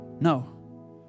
No